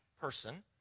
person